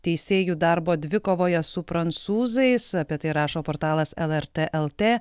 teisėjų darbo dvikovoje su prancūzais apie tai rašo portalas lrt lt